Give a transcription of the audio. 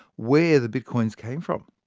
where the bitcoins came from.